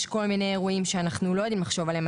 כל מיני אירועים שאנחנו לא יודעים לחשוב עליהם.